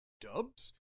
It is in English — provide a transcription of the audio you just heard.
Dubs